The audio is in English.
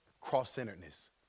Cross-centeredness